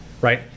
right